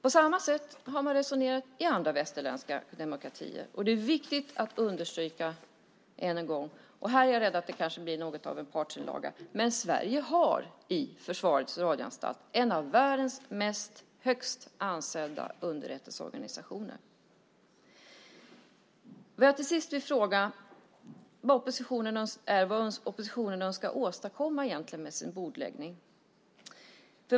På samma sätt har man resonerat i andra västerländska demokratier. Det är viktigt att understryka än en gång - och här är jag rädd att det kanske blir något av en partsinlaga - att Sverige i Försvarets radioanstalt har en av världens högst ansedda underrättelseorganisationer. Vad jag till sist vill fråga är vad oppositionen önskar åstadkomma med sin bordläggning.